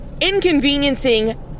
inconveniencing